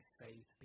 faith